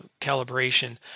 calibration